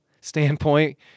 standpoint